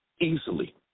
easily